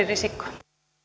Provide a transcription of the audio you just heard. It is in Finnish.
risikko